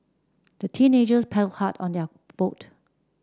the teenagers paddled hard on their boat